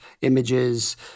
images